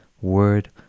word